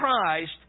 Christ